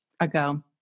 ago